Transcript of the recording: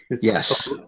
Yes